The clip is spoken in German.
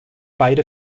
beide